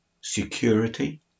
security